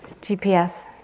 GPS